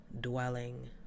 dwelling